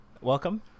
welcome